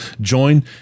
join